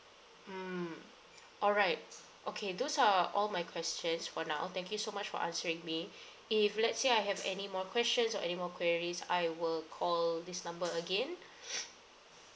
mm all right okay those are all my questions for now thank you so much for answering me if let's say I have any more questions or any more queries I will call this number again